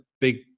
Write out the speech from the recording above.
big